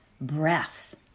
breath